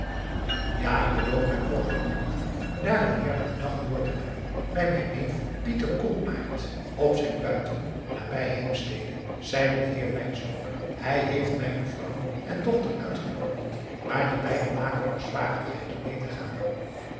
ja ik beloof mij overmorgen daar een heerlijken dag door te brengen bij mijn neef pieter koolaart op zijn buiten nabij heemstede zeide de heer wynstok hij heest mijne vrouw en dochter uitgenoodigd maar die beide maken nog zwarigheid om meê te gaan